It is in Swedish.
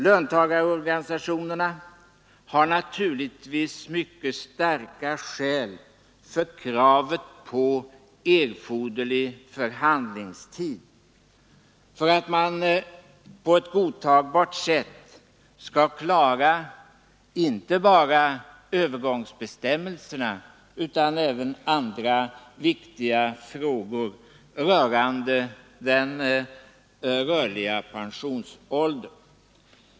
Löntagarorganisationerna har naturligtvis mycket starka skäl för kravet på erforderlig förhandlingstid för att på ett godtagbart sätt klara inte bara övergångsbestämmelserna utan även andra viktiga frågor om den rörliga pensionsåldern.